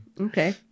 okay